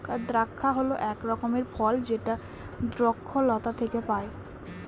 দ্রাক্ষা হল এক রকমের ফল যেটা দ্রক্ষলতা থেকে পায়